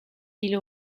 ils